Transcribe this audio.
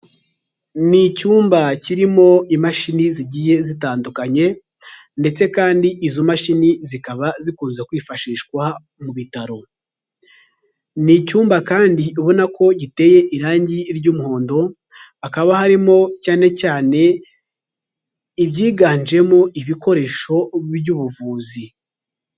Ni icyumba kirimo imashini zigiye zitandukanye ndetse kandi izo mashini zikaba zikunze kwifashishwa mu bitaro. Ni icyumba kandi ubona ko giteye irangi ry'umuhondo, hakaba harimo cyane cyane ibyiganjemo ibikoresho by'ubuvuzi.